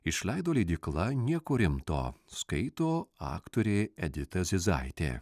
išleido leidykla nieko rimto skaito aktorė edita zizaitė